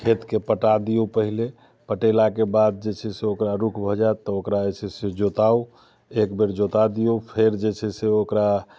खेतके पटा दियौ पहिले पटेलाके बाद जे छै से ओकरा रुख भऽ जायत तऽ ओकरा जे छै जोताउ एक बेर जोता दियौ फेर जे छै से ओकरा